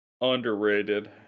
Underrated